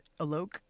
alok